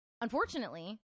Unfortunately